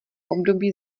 období